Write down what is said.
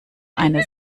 eine